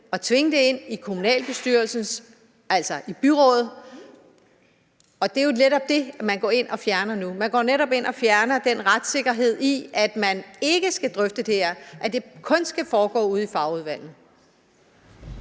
og tvinge den drøftelse ind i byrådet, og det er jo det, man går ind og fjerner nu. Man går netop ind og fjerner den retssikkerhed, når de ikke skal drøfte det her og det kun skal foregå ude i fagudvalgene.